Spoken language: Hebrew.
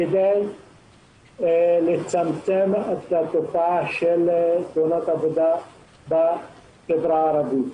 כדי לצמצם את התופעה של תאונות עבודה בחברה הערבית.